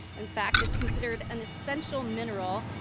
in fact, it's considered an essential mineral.